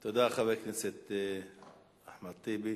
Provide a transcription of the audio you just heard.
תודה, חבר הכנסת אחמד טיבי.